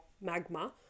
magma